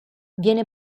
viene